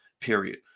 Period